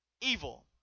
evil